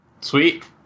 Sweet